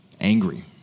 angry